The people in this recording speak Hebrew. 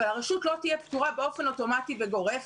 הרשות לא תהיה פטורה באופן אוטומטי וגורף.